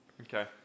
Okay